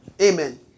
Amen